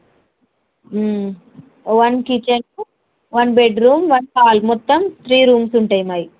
one kitchen one bedroom one hall మొత్తం three rooms ఉంటాయి మావి